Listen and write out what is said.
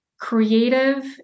creative